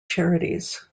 charities